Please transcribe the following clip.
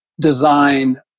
design